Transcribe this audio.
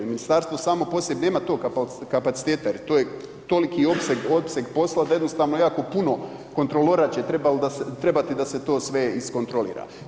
Ministarstvo samo po sebi nema tog kapaciteta jer to je toliki opseg posla da jednostavno jako puno kontrola će trebati da se to sve iskontrolira.